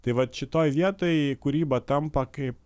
tai vat šitoj vietoj kūryba tampa kaip